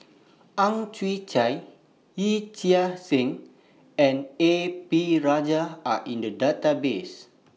Ang Chwee Chai Yee Chia Hsing and A P Rajah Are in The Database